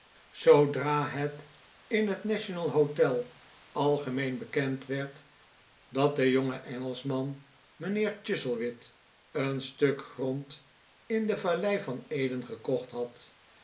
zoodra het in het national hotel algemeen bekend werd dat de jonge engelschman mijnheer chuzzlewit een stuk grond in de vallei van eden gekocht had